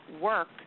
work